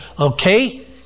Okay